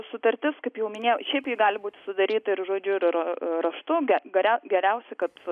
sutartis kaip jau minėjau šiaip ji gali būti sudaryti ir žodžiu ir ra raštu ga gara geriausia kad